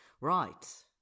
Right